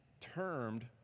termed